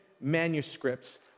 manuscripts